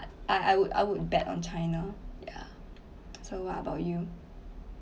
I I would I would bet on china ya so what about you